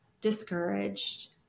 discouraged